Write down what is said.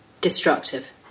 Destructive